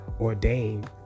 ordained